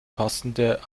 passende